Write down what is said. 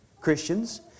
Christians